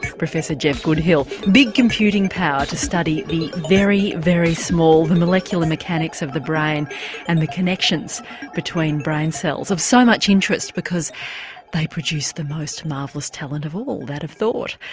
professor geoff goodhill. big computing power to study the very, very small molecular mechanics of the brain and the connections between brain cells of so much interest because they produce the most marvellous talent of all that of thought.